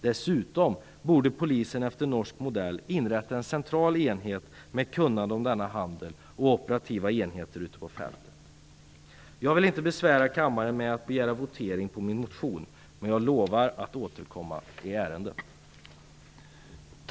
Dessutom borde polisen efter norsk modell inrätta en central enhet med kunnande om denna handel och operativa enheter ute på fältet. Jag vill inte besvära kammaren med att begära votering om min motion, men jag lovar att återkomma i ärendet.